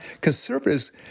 conservatives